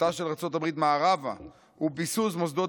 התפשטותה של ארצות הברית מערבה וביסוס מוסדות